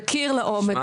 נכיר לעומק